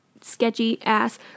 sketchy-ass